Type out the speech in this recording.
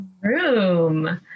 room